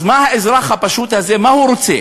אז מה האזרח הפשוט הזה, מה הוא רוצה?